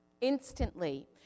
Instantly